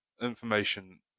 information